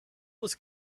was